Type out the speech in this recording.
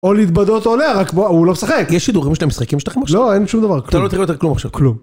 או להתבדל אותו עולה, רק הוא לא משחק. יש שידורים של המשחקים שלך עכשיו? לא, אין שום דבר, כלום. אתה לא תראה יותר כלום עכשיו? כלום.